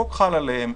החוק חל עליהם,